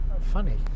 funny